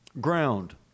ground